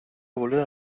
volar